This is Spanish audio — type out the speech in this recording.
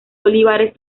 olivares